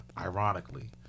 ironically